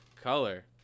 color